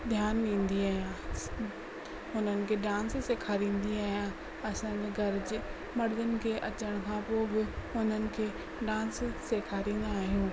ध्यानु ॾींदी आहियां हुननि खे डांस सेखारींदी आहियां असांजे घर जे मर्दनि खे अचनि खां पोइ बि उन्हनि खे डांस सेखारींदा आहियूं